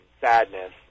sadness